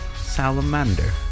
salamander